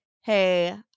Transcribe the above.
hey